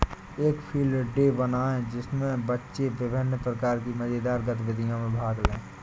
एक field day बनाएं जिसमें बच्चे विभिन्न प्रकार की मजेदार गतिविधियों में भाग लें